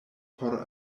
por